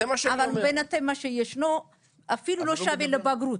מה שישנו אפילו לא שווה לבגרות,